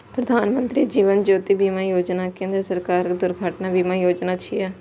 प्रधानमत्री जीवन ज्योति बीमा योजना केंद्र सरकारक दुर्घटना बीमा योजना छियै